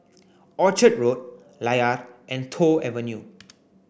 Orchard Road Layar and Toh Avenue